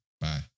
Bye